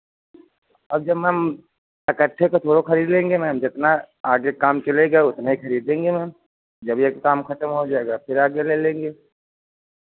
अब जब मैम इकट्ठे का थोड़ो खरीद लेंगे मैम जितना आगे काम चलेगा उतना ही खरीदेंगे मैम जब एक काम खतम हो जाएगा फिर आगे ले लेंगे